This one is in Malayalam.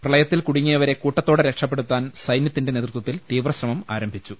പ്രളയത്തിൽ കുടുങ്ങിയവരെ കൂട്ടത്തോടെ രക്ഷപ്പെടുത്താൻ സൈന്യ ത്തിന്റെ നേതൃത്വത്തിൽ തീവ്രശ്ര്മം ആരംഭിച്ചു